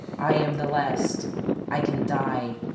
i am the last i can die.